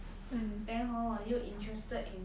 then hor 我就 interested in